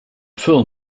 film